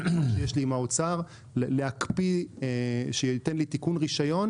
שיש לי עם האוצר שייתן לי תיקון רישיון